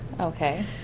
Okay